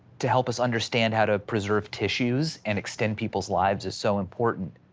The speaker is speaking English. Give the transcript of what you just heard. to help us understand how to preserve tissues and extend people's lives is so important.